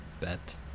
bet